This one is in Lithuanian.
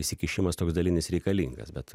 įsikišimas toks dalinis reikalingas bet